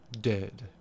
dead